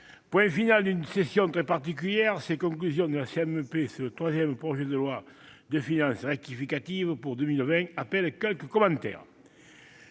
point final d'une session très particulière, ces conclusions de la CMP sur le troisième projet de loi de finances rectificative pour 2020 appellent quelques commentaires.